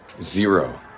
Zero